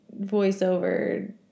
voiceover